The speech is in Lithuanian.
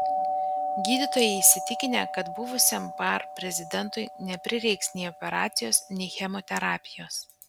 gydytojai įsitikinę kad buvusiam par prezidentui neprireiks nei operacijos nei chemoterapijos